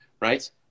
Right